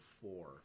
four